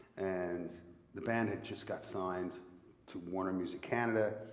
and the band had just got signed to warner music canada.